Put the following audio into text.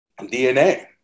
DNA